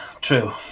True